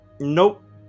Nope